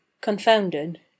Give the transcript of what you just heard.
confounded